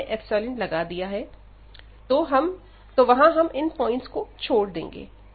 यहां हमने इप्सिलोन लगा दिया है तो वहां हम इन पॉइंट्स को छोड़ देंगे